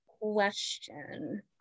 question